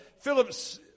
Philip's